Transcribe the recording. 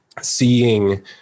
seeing